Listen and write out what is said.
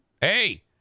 Hey